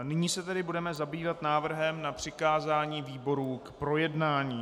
Nyní se budeme zabývat návrhem na přikázání výborům k projednání.